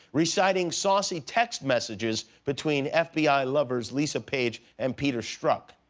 reciting saucy text messages between fbi lovers lisa page and peter strzok.